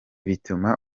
bituma